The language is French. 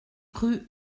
rue